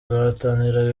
guhatanira